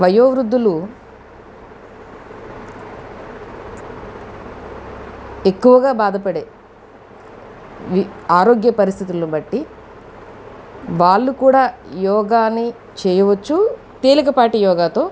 వయో వృద్ధులు ఎక్కువగా బాధపడేవి ఆరోగ్య పరిస్థితుల్ని బట్టి వాళ్ళు కూడా యోగాని చేయవచ్చు తేలిక పాటి యోగాతో